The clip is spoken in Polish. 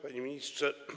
Panie Ministrze!